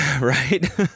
Right